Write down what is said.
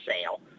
sale